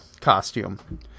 costume